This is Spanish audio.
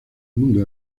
mundo